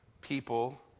people